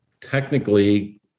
technically